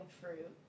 fruit